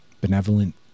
benevolent